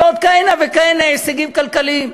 ועוד כהנה וכהנה הישגים כלכליים,